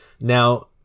Now